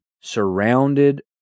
surrounded